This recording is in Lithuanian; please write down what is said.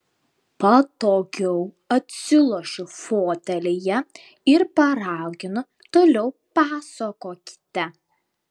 patogiau atsilošiu fotelyje ir paraginu toliau pasakokite